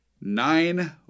Nine